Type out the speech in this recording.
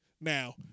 Now